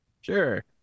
Sure